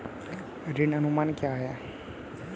ऋण अनुमान क्या है?